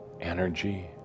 energy